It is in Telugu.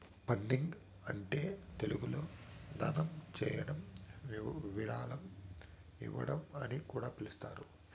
ఫండింగ్ అంటే తెలుగులో దానం చేయడం విరాళం ఇవ్వడం అని కూడా పిలుస్తారు